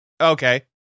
Okay